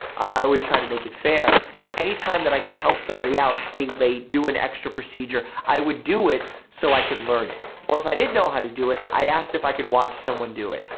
i always try to make it fair. but any time that i could help somebody out, stay late, do an extra procedure, i would do it so i could learn it. or if i didn't know how to do it, i asked if i could watch someone do it.